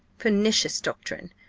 pernicious doctrine!